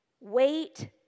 Wait